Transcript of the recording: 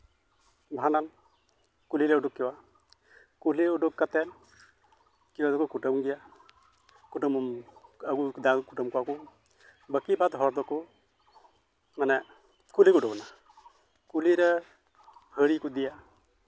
ᱵᱷᱟᱸᱰᱟᱱ ᱠᱩᱞᱦᱤ ᱞᱮ ᱩᱰᱩᱠ ᱠᱚᱣᱟ ᱠᱩᱞᱦᱤ ᱩᱰᱩᱠ ᱠᱟᱛᱮᱫ ᱠᱮᱣ ᱫᱚᱠᱚ ᱠᱩᱴᱟᱹᱢ ᱠᱚᱜᱮᱭᱟ ᱠᱩᱴᱟᱹᱢ ᱟᱹᱜᱩ ᱠᱟᱫᱟ ᱠᱩᱴᱟᱹᱢ ᱠᱚᱜᱮ ᱜᱮᱭᱟ ᱠᱚ ᱵᱟᱹᱠᱤ ᱵᱟᱫ ᱦᱚᱲ ᱫᱚᱠᱚ ᱢᱟᱱᱮ ᱠᱩᱞᱦᱤ ᱠᱚ ᱩᱰᱩᱠ ᱮᱱᱟ ᱠᱩᱞᱦᱤ ᱨᱮ ᱦᱟᱺᱰᱤ ᱠᱚ ᱤᱫᱤᱭᱟ